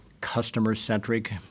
customer-centric